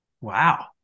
Wow